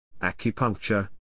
acupuncture